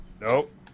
Nope